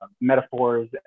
metaphors